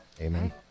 Amen